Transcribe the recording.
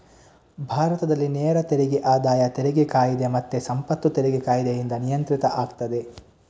ಭಾರತದಲ್ಲಿ ನೇರ ತೆರಿಗೆ ಆದಾಯ ತೆರಿಗೆ ಕಾಯಿದೆ ಮತ್ತೆ ಸಂಪತ್ತು ತೆರಿಗೆ ಕಾಯಿದೆಯಿಂದ ನಿಯಂತ್ರಿತ ಆಗ್ತದೆ